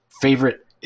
favorite